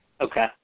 Okay